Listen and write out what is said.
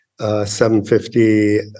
750